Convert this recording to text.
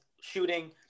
shooting